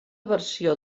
versió